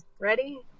Ready